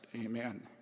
Amen